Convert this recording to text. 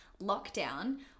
lockdown